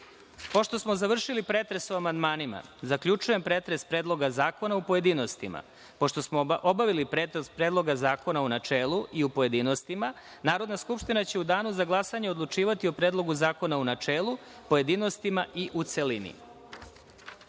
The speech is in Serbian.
smo završili pretres o amandmanima, zaključujem pretres Predloga zakona u pojedinostima. Pošto smo obavili pretres Predloga zakona u načelu i u pojedinostima, Narodna skupština će u danu za glasanje odlučivati o Predlogu zakona u načelu, pojedinostima i u